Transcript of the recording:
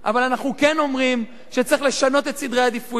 אבל אנחנו כן אומרים שצריך לשנות את סדרי העדיפויות,